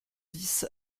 dix